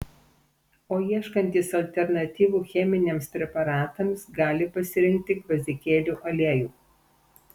o ieškantys alternatyvų cheminiams preparatams gali pasirinkti gvazdikėlių aliejų